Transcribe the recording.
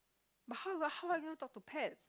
but how are how are you going to talk to pets